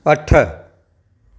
अठ